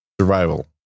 survival